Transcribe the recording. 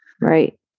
Right